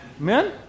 amen